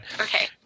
Okay